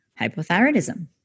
hypothyroidism